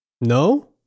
No